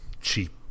cheap